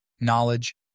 knowledge